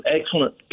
excellent